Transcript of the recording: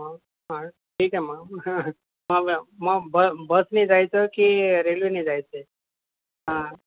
हा हा ठीक आहे मग मग मग बसनी जायचं की रेल्वेनी जायचं आहे हा